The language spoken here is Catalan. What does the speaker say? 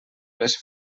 les